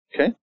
Okay